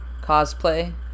cosplay